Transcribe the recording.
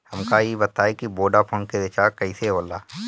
हमका ई बताई कि वोडाफोन के रिचार्ज कईसे होला?